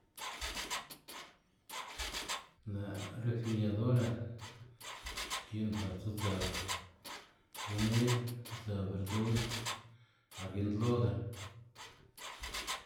Lë' refriadora xki'n par tsutsëw komid, tsutsëw berdur par gi'ntloda.